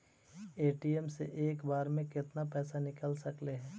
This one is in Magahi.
ए.टी.एम से एक बार मे केतना पैसा निकल सकले हे?